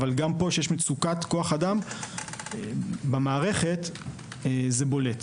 אבל גם פה כשיש מצוקת כוח אדם במערכת זה בולט.